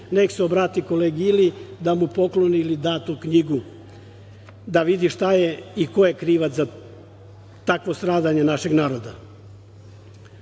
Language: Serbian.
neka se obrati kolegi Ili da mu pokloni ili da tu knjigu da vidi šta je i ko je krivac za takvo stradanje našeg naroda. Drugo